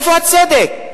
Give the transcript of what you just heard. איפה הצדק?